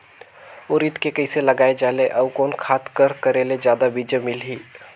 उरीद के कइसे लगाय जाले अउ कोन खाद कर करेले जादा बीजा मिलही?